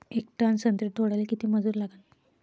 येक टन संत्रे तोडाले किती मजूर लागन?